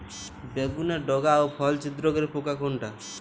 বেগুনের ডগা ও ফল ছিদ্রকারী পোকা কোনটা?